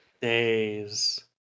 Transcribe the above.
days